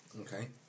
Okay